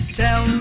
tell